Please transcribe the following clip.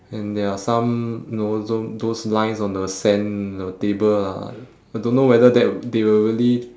and there are some you know tho~ those lines on the sand the table ah I don't know whether that w~ they will really